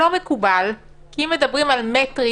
לא מקובל, כי אם מדברים על מטרים,